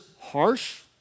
harsh